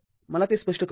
मला ते स्पष्ट करू द्या